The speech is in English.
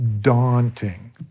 daunting